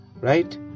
right